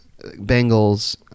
Bengals